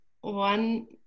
one